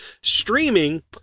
streaming –